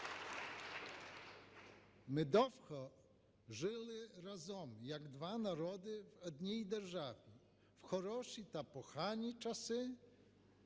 Ми довго жили разом як два народи в одній державі в хороші та погані часи